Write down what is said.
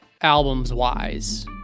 albums-wise